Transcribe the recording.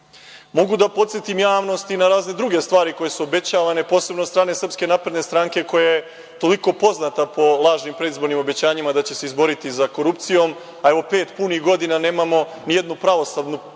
da podsetim javnost i na razne druge stvari koje su obećavane, posebno od strane SNS koja je toliko poznata po lažnim predizbornim obećanjima da će se izboriti sa korupcijom, a evo pet punih godina nemamo nijednu pravosnažnu presudu